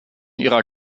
ihrer